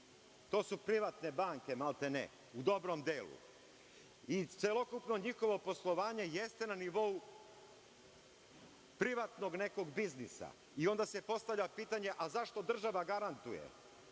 to su privatne banke maltene u dobrom delu i celokupno njihovo poslovanje jeste na nivou privatnog nekog biznisa. Onda se postavlja pitanje – a zašto država garantuje